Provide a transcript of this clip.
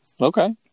Okay